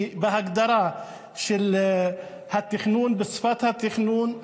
כי בהגדרה של התכנון ושפת התכנון,